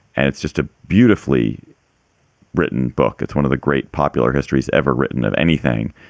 and it's just a beautifully written book. it's one of the great popular histories ever written of anything.